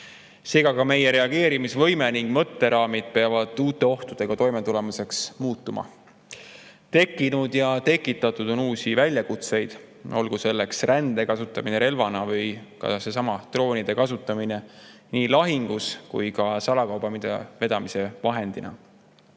peavad ka meie reageerimisvõime ning mõtteraamid uute ohtudega toimetulemiseks muutuma. Tekkinud ja tekitatud on uusi väljakutseid, olgu selleks rände kasutamine relvana või ka seesama droonide kasutamine nii lahingus kui ka salakauba vedamise vahendina. Mis